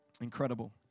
Incredible